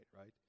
right